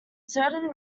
certain